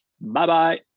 Bye-bye